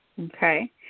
Okay